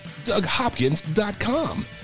DougHopkins.com